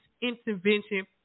intervention